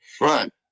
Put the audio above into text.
Right